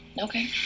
Okay